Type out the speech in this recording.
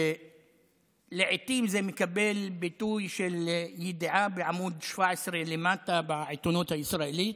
לעיתים זה מקבל ביטוי של ידיעה בעמ' 17 למטה בעיתונות הישראלית,